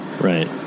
Right